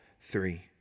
three